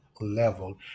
level